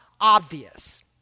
obvious